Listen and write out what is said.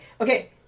Okay